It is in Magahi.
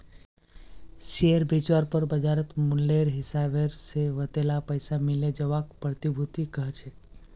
शेयर बेचवार पर बाज़ार मूल्येर हिसाब से वतेला पैसा मिले जवाक प्रतिभूति कह छेक